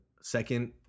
second